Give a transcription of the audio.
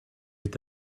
est